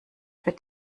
wird